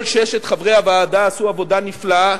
כל ששת חברי הוועדה עשו עבודה נפלאה.